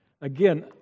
Again